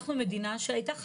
שאנחנו מדינה שהייתה חייבת,